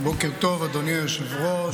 בוקר טוב, אדוני היושב-ראש.